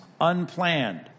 unplanned